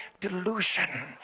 delusion